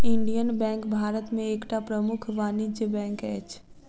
Indian bank Bharat में एकटा प्रमुख वाणिज्य बैंक अछि